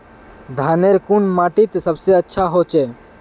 धानेर कुन माटित सबसे अच्छा होचे?